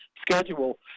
schedule